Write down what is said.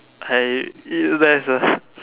hire you there's a